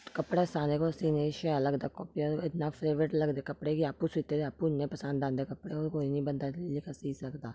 कपड़ा सारे कोला सीने गी शैल लगदा ऐ इन्ना फेवरट लगदे कपड़े कि आपूं सीते ते आपूं इन्ने पसंद आंदे कपड़े होर कोई नेईं बंदा इ'यै लेखा सी सकदा